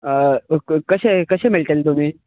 कशे कशे मेळटले तुमी